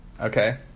Okay